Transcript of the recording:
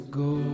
go